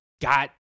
got